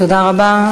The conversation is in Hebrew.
תודה רבה.